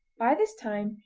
by this time,